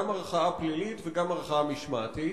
גם ערכאה פלילית וגם ערכאה משמעתית.